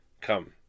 Come